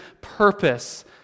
purpose